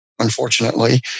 Unfortunately